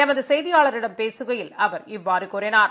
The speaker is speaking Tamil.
எமது செய்தியாளரிடம் பேசுகையில் அவர் இவ்வாறு கூறினார்